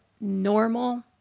normal